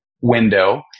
window